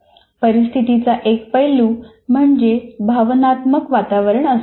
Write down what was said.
परिस्थितीचा एक पैलू म्हणजे भावनात्मक वातावरण असतो